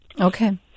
Okay